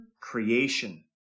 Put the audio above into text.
Creation